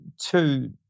two